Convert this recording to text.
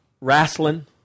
wrestling